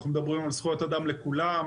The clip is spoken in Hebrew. אנחנו מדברים על זכויות אדם לכולם.